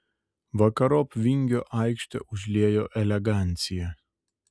vakarop vingio aikštę užliejo elegancija